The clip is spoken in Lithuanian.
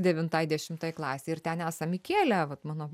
devintai dešimtai klasei ir ten esam įkėlę vat mano